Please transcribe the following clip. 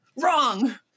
Wrong